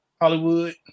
Hollywood